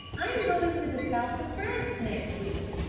i am going to the south of france next week.